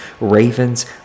Ravens